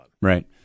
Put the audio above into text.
Right